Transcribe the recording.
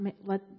let